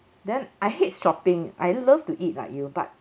then I hate shopping I love to eat like you but